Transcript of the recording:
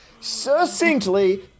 succinctly